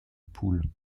poule